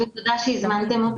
תודה שהזמנתם אותנו.